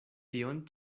tion